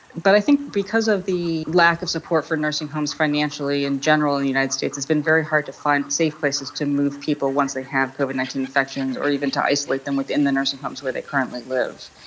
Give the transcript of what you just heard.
but i think because of the lack of support for nursing homes financially in general in the united states it has been very hard to find safe places to move people once they have covid nineteen infections, or even to isolate them within the nursing homes where they currently live.